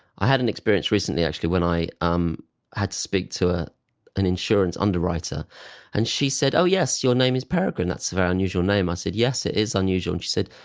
i had an experience recently, actually, when i um had to speak to an insurance underwriter and she said, oh yes, your name is peregrine, that's a very unusual name. i said yes, it is unusual, and she said,